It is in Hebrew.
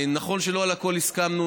נכון שלא על הכול הסכמנו.